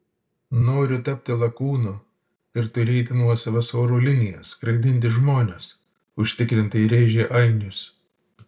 noriu tapti lakūnu ir turėti nuosavas oro linijas skraidinti žmones užtikrintai rėžė ainius